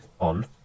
on